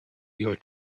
your